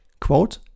Quote